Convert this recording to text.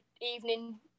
evening